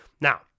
Now